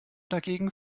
dagegen